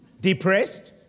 depressed